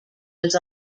was